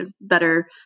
better